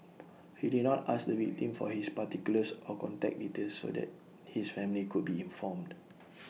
he did not ask the victim for his particulars or contact details so that his family could be informed